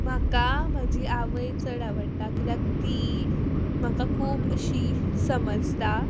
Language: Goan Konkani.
म्हाका म्हाजी आवय चड आवडटा किद्याक ती म्हाका खूब अशी समजता